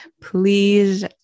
Please